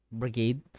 brigade